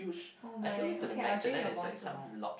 oh my okay I'll drink your bottle